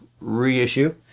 reissue